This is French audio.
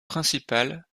principal